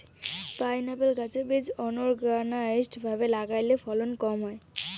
pineapple গাছের বীজ unorganised ভাবে লাগালে ফলন কম হয়